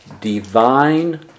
Divine